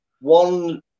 one